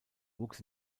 wuchs